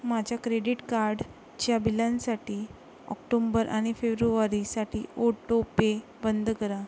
माझ्या क्रेडीट कार्डच्या बिलांसाठी ऑक्टोंबर आणि फेब्रुवारीसाठी ओटो पे बंद करा